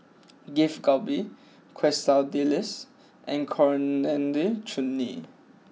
Beef Galbi Quesadillas and Coriander Chutney